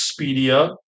Expedia